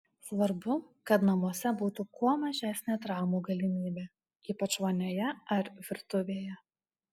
svarbu kad namuose būtų kuo mažesnė traumų galimybė ypač vonioje ar virtuvėje